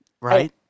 Right